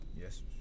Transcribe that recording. Yes